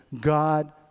God